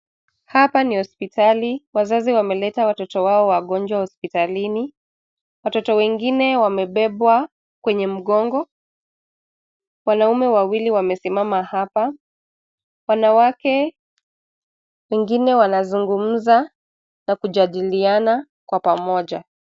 Hapa ni hospitali. Wazazi wameleta watoto wao wagonjwa hospitalini. Watoto wengine wamebebwa kwenye mgongo. Wanaume wawili wamesimama hapa. Wanawake wengine wanazungumza na kujadiliana kwa pamoja.